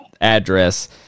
address